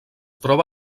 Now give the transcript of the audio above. troba